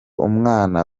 umwana